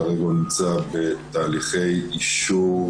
כרגע הוא נמצא בתהליכי אישור